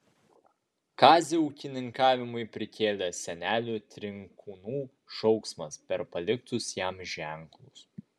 kazį ūkininkavimui prikėlė senelių trinkūnų šauksmas per paliktus jam ženklus